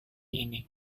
ini